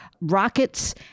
rockets